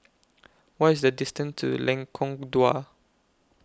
What IS The distance to Lengkong Dua